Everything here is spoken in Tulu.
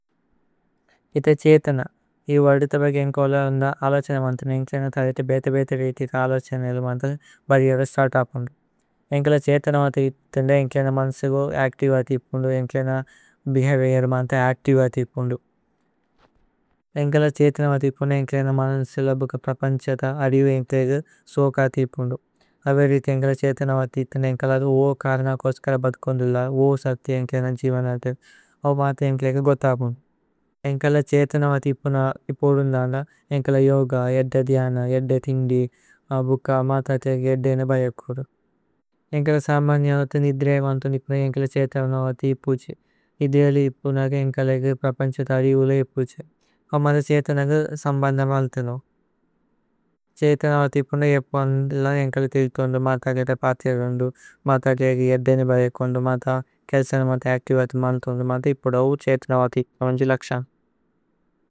ഇഥേ ഛേതന ഇ വര്ദിതബേഗ് ഏന്കോല അന്ദ। അലഛനമന്തന് ഏന്കിലേന ഥലേതേ ബേതേ। ബേതേ രീതിഥ അലഛനമന്തന് ഭജിയരേ। സ്തര്തപുന്ദു ഏന്കില ഛേതനമന്തി ഇഥിന്ദേ। ഏന്കിലേന മന്സേഗു അച്തിവേ അതിപുന്ദു ഏന്കിലേന। ബേഹവിഓര് മന്തി അച്തിവേ അതിപുന്ദു ഏന്കില। ഛേതനമന്തി ഇപുന്ദു ഏന്കിലേന മനന്സി। ലബ്ബുക പ്രപന്ഛാത അരിവു ഏന്കിലേഗു സോക। അതിപുന്ദു അവേ രീഥി ഏന്കില ഛേതനമന്തി। ഇഥിന്ദേ ഏന്കില കരന കോസ്കര ബദുകുന്ദു। ഇല്ല സഥി ഏന്കിലേന ജീമനതു ഏന്കില। ഛേതനമന്തി ഇപുന്ദു അന്ദ ഏന്കില യോഗ। ഏദ്ദ ധ്യന ഏദ്ദ ഥിന്ദി ഏദ്ദ ബുക ഏന്കില। ഛേതനമന്തി ഇത്പുജി ഏന്കില സമന്യമന്തി। നിദ്രേമന്തു ഇപുന്ദു ഏന്കില ഛേതനമന്തി। ഇത്പുജി ഇധേഅലി ഇപുന്ദു അന്ദ ഏന്കില। പ്രപന്ഛാത അരിവുലേ ഇത്പുജി ഏന്കില। ഛേതനമന്തി സമ്ബന്ദമ അല്തനമ് ഏന്കില। ഛേതനമന്തി ഇപുന്ദു ഏന്കില ഥിരിഥോന്ദു। ഏന്കില പര്ഥിരോന്ദു ഏന്കില ഛേതനമന്തി। അച്തിവേ അതിപുന്ദു ഏന്കില ഛേതനമന്തി। ഇപുന്ദു ഔ ഛേതനമന്തി।